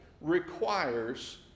requires